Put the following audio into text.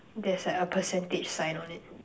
there's like a percentage sign on it